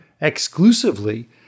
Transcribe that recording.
exclusively